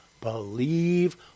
believe